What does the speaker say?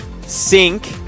sink